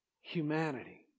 humanity